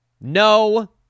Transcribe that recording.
No